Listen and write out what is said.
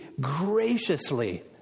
graciously